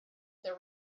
there